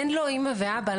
אין לו אימא ואבא,